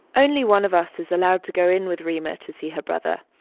only one of us is allowed to go in with reema to see her brother,